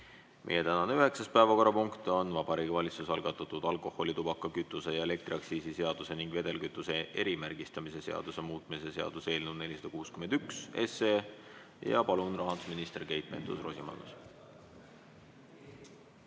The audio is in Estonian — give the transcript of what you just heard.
Meie tänane üheksas päevakorrapunkt on Vabariigi Valitsuse algatatud alkoholi‑, tubaka‑, kütuse‑ ja elektriaktsiisi seaduse ning vedelkütuse erimärgistamise seaduse muutmise seaduse eelnõu 461. Palun, rahandusminister Keit Pentus-Rosimannus!